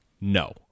No